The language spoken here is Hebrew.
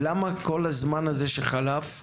למה, בכל הזמן הזה שחלף,